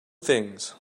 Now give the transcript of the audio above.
things